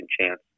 chance